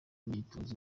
imyitozo